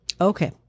Okay